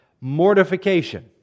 mortification